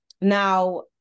now